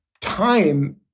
Time